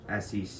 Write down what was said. SEC